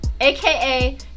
aka